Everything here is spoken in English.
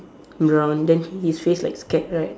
brown then his face like scared right